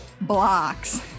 blocks